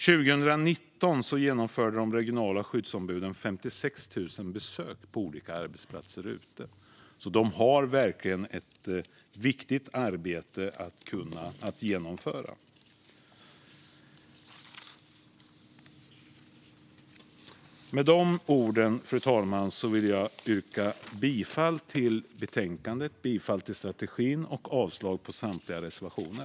År 2019 genomförde de regionala skyddsombuden 56 000 besök på olika arbetsplatser, så de har verkligen ett viktigt arbete att genomföra. Med de orden, fru talman, vill jag yrka bifall till förslaget, bifall till strategin och avslag på samtliga reservationer.